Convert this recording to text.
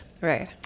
Right